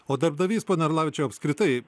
o darbdavys pone arlavičiau apskritai